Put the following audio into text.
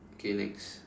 K next